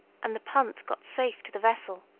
and the punt got safe to the vessel.